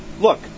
look